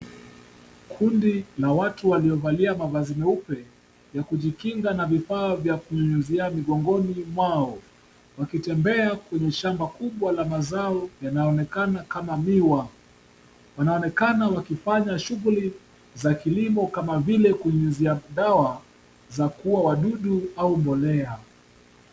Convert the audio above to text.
Kundi la watu waliovalia mavazi meupe, ya kujikinga na vifaa vya kunyunyizia mgongoni mwao. Wakitembea kwenye shamba kubwa la mazao, yanaonekana kama miwa. Wanaonekana wakifanya shughuli za kilimo kama vile, kunyunyiza dawa za kuua wadudu au mbolea.